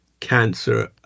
Cancer